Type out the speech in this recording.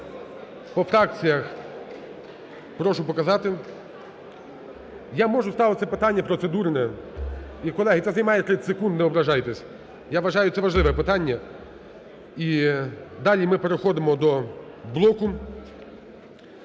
По фракціях прошу показати. Я можу ставити це питання, процедурне. І, колеги, це займає 30 секунд, не ображайтесь. Я вважаю, це важливе питання. І далі ми переходимо до блоку